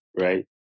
right